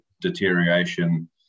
deterioration